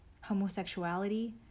homosexuality